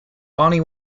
bonnie